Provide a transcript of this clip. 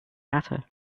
hatter